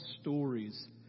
stories